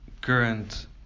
current